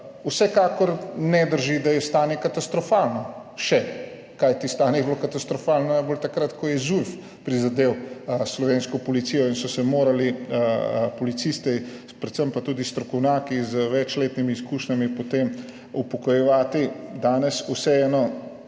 Vsekakor ne drži, da je stanje katastrofalno, kajti stanje je bilo najbolj katastrofalno takrat, ko je ZUJF prizadel slovensko policijo in so se morali policisti, predvsem pa tudi strokovnjaki z večletnimi izkušnjami, potem upokojevati. Danes imamo